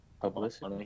Publicity